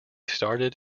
started